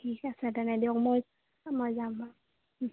ঠিক আছে তেনে দিয়ক মই মই যাম বা